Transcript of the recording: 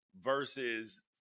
versus